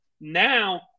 Now